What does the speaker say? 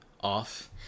off